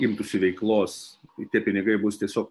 imtųsi veiklos tie pinigai bus tiesiog